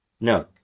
No